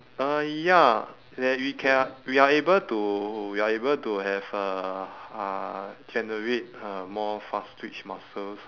uh ya that we ca~ we are able to we are able to have uh uh generate uh more fast twitch muscles